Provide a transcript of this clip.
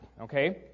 okay